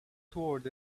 toward